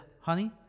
honey